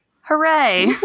Hooray